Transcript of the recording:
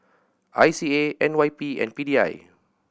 I C A N Y P and P D I